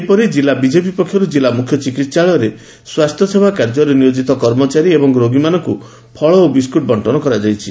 ସେହିପରି ଜିଲ୍ଲ ବିଜେପି ପକ୍ଷରୁ ଜିଲ୍ଲା ମୁଖ୍ୟ ଚିକିହାଳୟରେ ସ୍ୱାସ୍ଥ୍ୟସେବା କାର୍ଯ୍ୟରେ ନିୟୋଜିତ କର୍ମଚାରୀ ଏବଂ ରୋଗୀମାନଙ୍ଙ୍ ଫଳ ଓ ବିସ୍କୁଟ୍ ବଙ୍କନ କରାଯାଇଛି